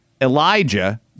Elijah